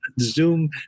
Zoom